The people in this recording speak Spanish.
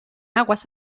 aguas